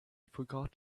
forgot